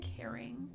caring